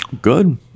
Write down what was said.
Good